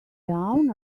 down